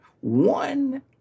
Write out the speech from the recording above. One